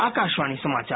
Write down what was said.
आकाशवाणी समाचार